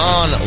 on